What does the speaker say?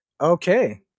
Okay